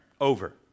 Over